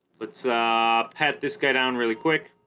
let's ah pat this guy down really quick